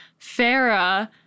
Farah